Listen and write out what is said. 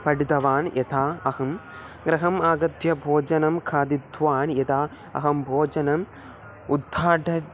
पठितवान् यथा अहं गृहम् आगत्य भोजनं खादितवान् यदा अहं भोजनम् उद्घाटनं